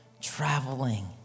traveling